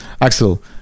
Axel